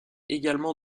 également